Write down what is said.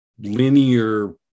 linear